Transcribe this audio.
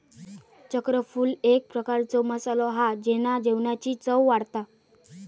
चक्रफूल एक प्रकारचो मसालो हा जेना जेवणाची चव वाढता